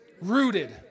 Rooted